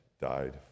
died